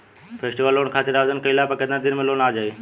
Festival loan खातिर आवेदन कईला पर केतना दिन मे लोन आ जाई?